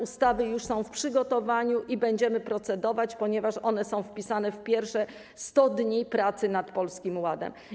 Ustawy już są przygotowywane i będziemy nad nimi procedować, ponieważ one są wpisane w pierwsze 100 dni pracy nad Polskim Ładem.